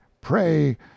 PRAY